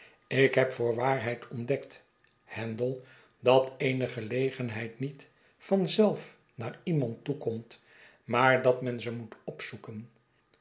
ik heb voor waarheid ontdekt handel dat eene gelegenheid niet van zelf naar iemand toekomt maar dat men ze moet opzoeken